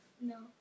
No